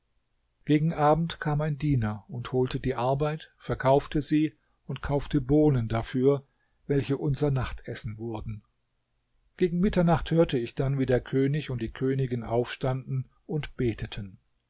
gegen abend kam ein diener und holte die arbeit verkaufte sie und kaufte bohnen dafür welche unser nachtessen wurden gegen mitternacht hörte ich dann wie der könig und die königin aufstanden und beteten